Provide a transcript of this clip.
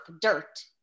dirt